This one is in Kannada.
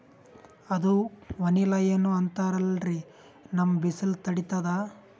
ಅದು ವನಿಲಾ ಏನೋ ಅಂತಾರಲ್ರೀ, ನಮ್ ಬಿಸಿಲ ತಡೀತದಾ?